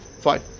fine